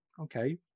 okay